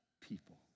people